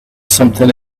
something